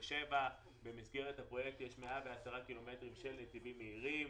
57. במסגרת הפרויקט יש 110 קילומטרים של נתיבים מהירים.